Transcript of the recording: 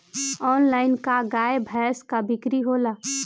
Online का गाय भैंस क बिक्री होला?